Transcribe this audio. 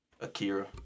Akira